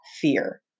fear